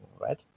right